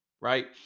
right